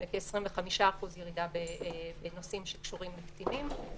וכ-25% ירידה בנושאים שקשורים לקטינים,